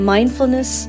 Mindfulness